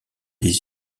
des